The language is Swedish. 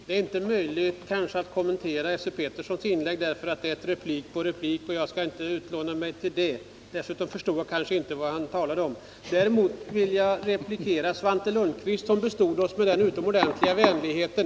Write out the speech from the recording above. Herr talman! Det är kanske inte möjligt att kommentera Esse Peterssons inlägg, eftersom det skulle bli en replik på repliken. Dessutom förstod jag inte riktigt vad han talade om. Däremot vill jag replikera till Svante Lundkvist, som bestod oss med den utomordentliga vänligheten .